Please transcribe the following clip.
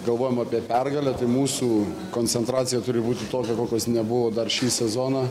galvojam apie pergalę tai mūsų koncentracija turi būti tokia kokios nebuvo dar šį sezoną